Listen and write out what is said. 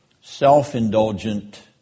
self-indulgent